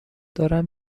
دارم